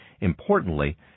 importantly